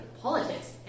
Politics